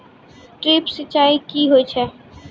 Drip सिंचाई कि होय छै?